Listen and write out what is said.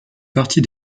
partie